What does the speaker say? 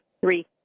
Three